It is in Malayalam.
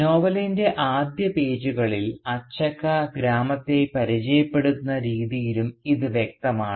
നോവലിൻറെ ആദ്യ പേജുകളിൽ അച്ചക്ക ഗ്രാമത്തെ പരിചയപ്പെടുത്തുന്ന രീതിയിലും ഇത് വ്യക്തമാണ്